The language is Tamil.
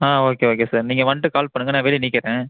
ஆ ஓகே ஓகே சார் நீங்கள் வந்துட்டு கால் பண்ணுங்கள் நான் வெளியே நிற்குறேன்